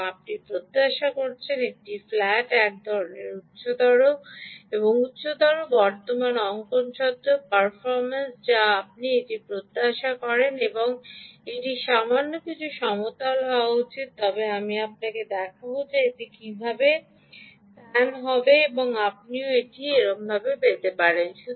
এবং আপনি প্রত্যাশা করেছেন একটি ফ্ল্যাট এক ধরণের উচ্চতর এবং উচ্চতর বর্তমান অঙ্কন সত্ত্বেও পারফরম্যান্স যা আপনি এটি প্রত্যাশা করেন যে এটি সামান্য কিছুটা সমতল হওয়া উচিত তবে আমি আপনাকে দেখাব যে এটি কীভাবে প্যান হবে যাতে আপনিও এইরকমটি পেতে পারেন